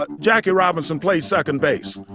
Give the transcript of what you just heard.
but jackie robinson played second base.